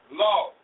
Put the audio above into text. law